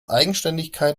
eigenständigkeit